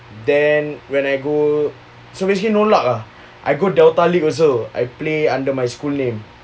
then when I go so basically no luck lah I go delta league also I play under my school name